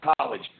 College